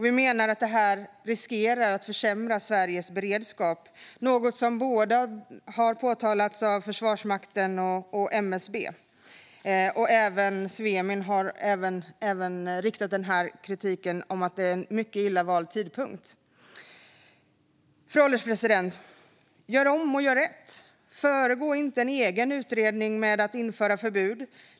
Vi menar att det riskerar att försämra Sveriges beredskap, något som har påpekats av Försvarsmakten och MSB. Även Svemin har riktat kritik om att det är en mycket illa vald tidpunkt. Fru ålderspresident! Gör om och gör rätt! Föregå inte en egen utredning med att införa förbud.